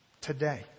Today